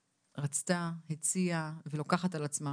רצתה, הציעה ולוקחת על עצמה